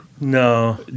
no